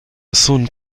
sun